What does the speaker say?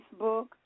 facebook